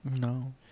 No